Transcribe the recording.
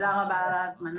אז תודה רבה על ההזמנה.